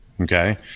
Okay